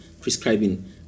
prescribing